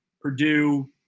Purdue